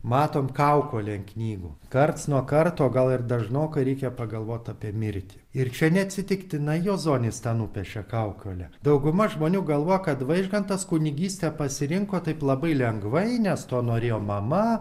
matome kaukolė ant knygų karts nuo karto gal ir dažnokai reikia pagalvot apie mirtį ir čia neatsitiktinai juozonis tą nupiešė kaukolę dauguma žmonių galvoja kad vaižgantas kunigystę pasirinko taip labai lengvai nes to norėjo mama